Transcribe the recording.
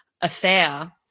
affair